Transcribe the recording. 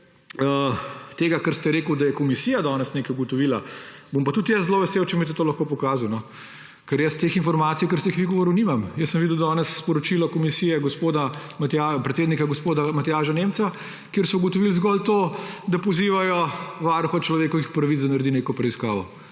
tega, kar ste rekli, da je komisija danes nekaj ugotovila, bom pa tudi jaz zelo vesel, če mi boste to lahko pokazali, ker jaz teh informacij, ki ste jih vi govorili, nimam. Jaz sem videl danes sporočilo komisije predsednika gospoda Matjaža Nemca, kjer so ugotovili zgolj to, da pozivajo Varuha človekovih pravic, da naredi neko preiskavo.